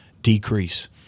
decrease